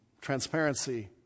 transparency